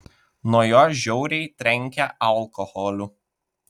nuo jo žiauriai trenkia alkoholiu